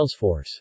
Salesforce